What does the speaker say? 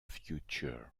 future